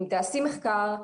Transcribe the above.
אם תעשי מחקר,